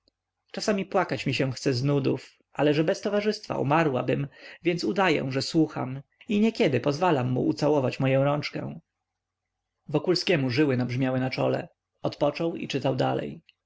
czasami płakać mi się chce z nudów ale że bez towarzystwa umarłabym więc udaję że słucham i niekiedy pozwalam mu ucałować moję rączkę wokulskiemu żyły nabrzmiały na czole odpoczął i czytał dalej